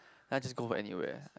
I just go back anywhere